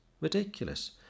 Ridiculous